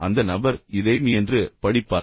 அந்த நபர் இதை மீ என்று படிப்பார்